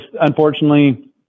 unfortunately